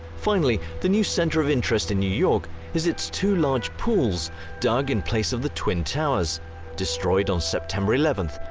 finally, the new centre of interest in new york is its twolarge pools dug in place of the twin towers destroyed on september eleventh,